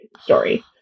story